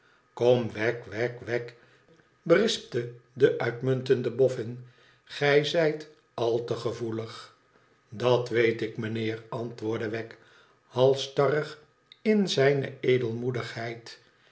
berispte de uitmuntende boffin gij zijt al te gevoelig f dat weetik meneer antwoordde wegg halsstarrig in zijne